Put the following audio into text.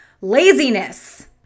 laziness